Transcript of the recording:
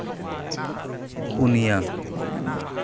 ᱯᱚᱱᱭᱟ